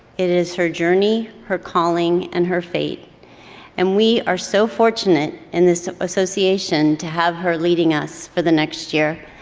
it is her journey, her calling and her fate and we are so fortunate in this association to have her leading us for the next year.